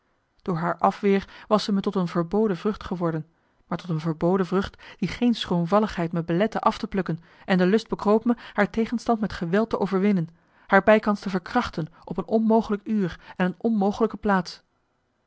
door haar afweer was ze me tot een verboden vrucht geworden maar tot een verboden vrucht die geen schroomvalligheid me belette af te plukken en de lust bekroop me haar tegenstand met geweld te overwinnen haar bijkans te verkrachten op een onmogelijk uur en een onmogelijke plaats